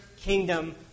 kingdom